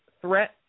threat